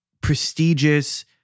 prestigious